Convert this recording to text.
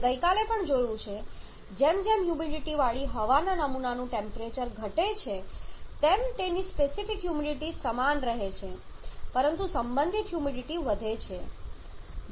આપણે ગઈકાલે પણ જોયું છે જેમ જેમ હ્યુમિડિટીવાળી હવાના નમૂનાનું ટેમ્પરેચર ઘટે છે તેમ તેની સ્પેસિફિક હ્યુમિડિટી સમાન રહે છે પરંતુ સંબંધિત હ્યુમિડિટી વધે છે